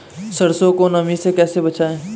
सरसो को नमी से कैसे बचाएं?